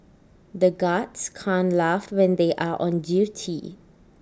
the guards can't laugh when they are on duty